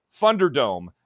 Thunderdome